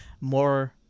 more